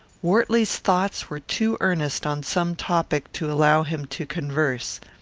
wortley's thoughts were too earnest on some topic to allow him to converse.